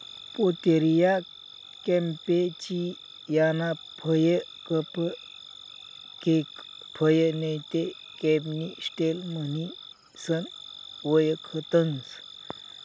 Pouteria campechiana फय cupcake फय नैते कॅनिस्टेल म्हणीसन वयखतंस